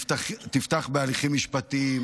תפתח בהליכים משפטיים,